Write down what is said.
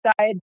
side